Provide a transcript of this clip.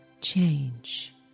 Change